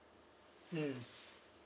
mm